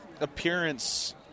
appearance